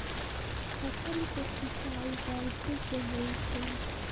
फसल के सिंचाई वर्षो से होई छई